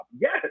Yes